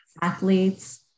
athletes